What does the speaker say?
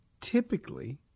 typically